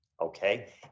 Okay